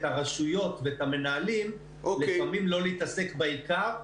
הרשויות ואת המנהלים לפעמים לא להתעסק בעיקר.